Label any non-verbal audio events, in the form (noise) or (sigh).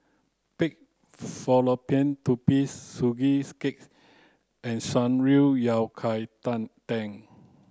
Pig Fallopian Tubes Sugee cake and Shan Rui Yao Cai tang (unintelligible)